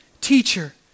Teacher